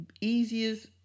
easiest